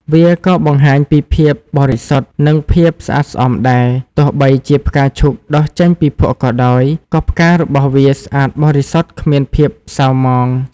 វាក៏បង្ហាញពីភាពបរិសុទ្ធ និងភាពស្អាតស្អំដែរ ទោះបីជាផ្កាឈូកដុះចេញពីភក់ក៏ដោយ ក៏ផ្ការបស់វាស្អាតបរិសុទ្ធគ្មានភាពសៅហ្មង។